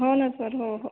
हो नं सर हो हो